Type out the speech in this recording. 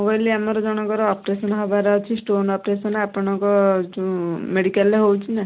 ମୁଁ କହିଲି ଆମର ଜଣଙ୍କର ଅପରେସନ୍ ହେବାର ଅଛି ଷ୍ଟୋନ୍ ଅପରେସନ୍ ଆପଣଙ୍କ ଯୋଉ ମେଡ଼ିକାଲ୍ରେ ହେଉଛି ନା